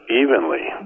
evenly